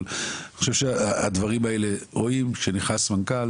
אבל אני חושב שהדברים האלה, רואים שיש משמעות